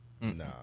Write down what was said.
Nah